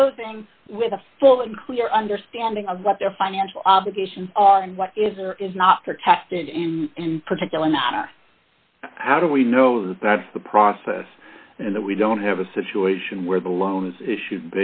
closing with a full and clear understanding of what their financial obligations and what is or is not protected in particular and how do we know that that's the process and that we don't have a situation where the loan is issue